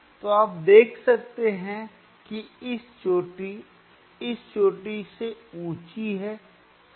तो आप देख सकते हैं कि यह चोटी इस चोटी से ऊंची है सही